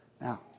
Now